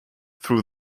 through